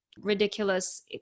ridiculous